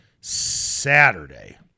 Saturday